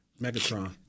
Megatron